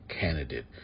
candidate